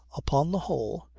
upon the whole,